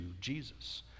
Jesus